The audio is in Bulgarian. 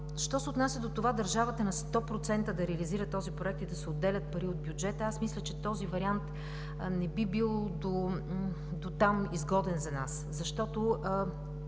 Що се отнася до това държавата на 100% да реализира този Проект и да се отделят пари от бюджета, аз мисля, че този вариант не би бил дотам изгоден за нас. Защото